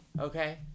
okay